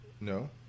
No